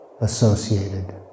associated